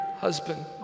husband